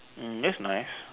mm that's nice